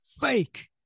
fake